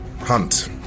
Hunt